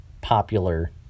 popular